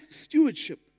stewardship